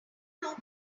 know